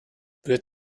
wird